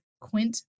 Quint